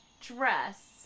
dress